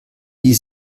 die